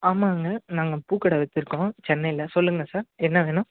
ஆமாங்க நாங்கள் பூக்கடை வச்சுருக்கோம் சென்னையில் சொல்லுங்கள் சார் என்ன வேணும்